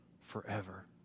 forever